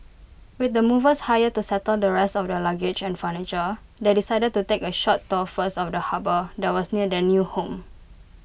with the movers hired to settle the rest of their luggage and furniture they decided to take A short tour first of the harbour that was near their new home